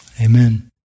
Amen